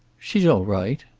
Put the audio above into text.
she's all right.